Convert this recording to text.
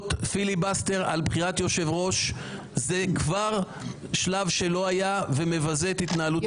פיליבסטר על בחירת יושב-ראש זה כבר שלב שלא היה ומבזה את התנהלות הכנסת.